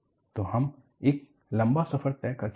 तो हम एक लंबा सफर तय कर चुके हैं